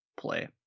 play